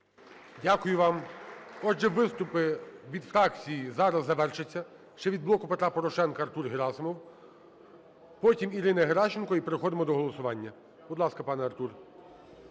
Дякую вам. Отже, виступи від фракцій зараз завершаться. Ще від "Блоку Петра Порошенка" Артур Герасимов. Потім Ірина Геращенко. І переходимо до голосування. Будь ласка, пане Артур.